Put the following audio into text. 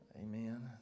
amen